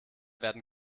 werden